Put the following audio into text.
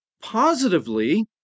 positively